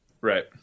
right